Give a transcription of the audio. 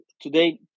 Today